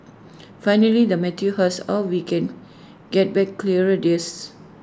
finally the Matthew asks how can we get back clearer days